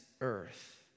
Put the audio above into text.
earth